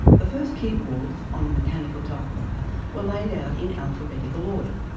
the first keyboards on a mechanical typewriter were laid out in alphabetical order.